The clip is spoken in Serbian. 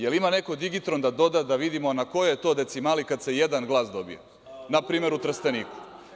Da li ima neko digitron da doda da vidimo na kojoj je to decimali kada se jedan glas dobija, npr. u Trsteniku.